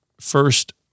first